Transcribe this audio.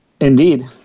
Indeed